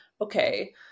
okay